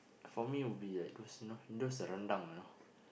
for me would be like those you know those rendang you know